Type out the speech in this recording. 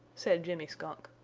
said jimmy skunk.